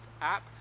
app